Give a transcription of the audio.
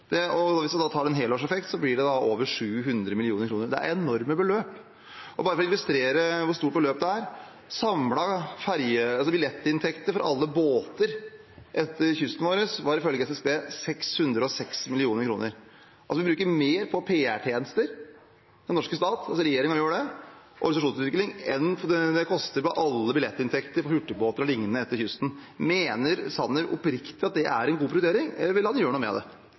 rundt PR-bransjen. Hvis en ser på helårseffekten, blir det over 700 mill. kr. Det er enorme beløp. Bare for å illustrere hvor stort beløp det er: De samlede billettinntektene for alle båtene langs kysten vår var ifølge SSB 606 mill. kr. Den norske stat, altså regjeringen, bruker altså mer på PR-tjenester og organisasjonsutvikling enn hva de samlede billettinntektene for hurtigbåter og liknende langs kysten vår utgjør. Mener statsråd Sanner oppriktig talt at det er en god prioritering, eller vil han gjøre noe med det?